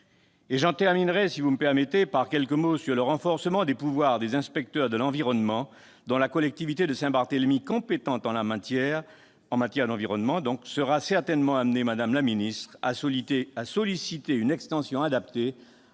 J'en terminerai par quelques mots sur le renforcement des pouvoirs des inspecteurs de l'environnement ; la collectivité de Saint-Barthélemy, compétente en matière d'environnement, sera certainement amenée à solliciter une extension, adaptée